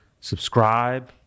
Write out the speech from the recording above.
subscribe